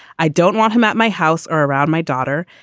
i don't want him at my house or around my daughter.